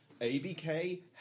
ABK